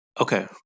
Okay